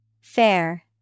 Fair